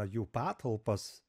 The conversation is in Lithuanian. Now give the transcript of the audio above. jų patalpas